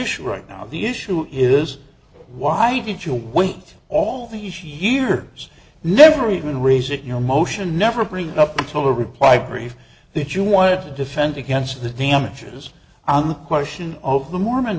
issue right now the issue is why did you wait all these years never even raise it you know motion never bring up until the reply brief that you wanted to defend against the damages on the question of the mormon